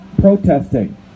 protesting